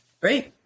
Great